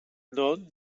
nån